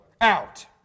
out